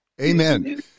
Amen